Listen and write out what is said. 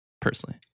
personally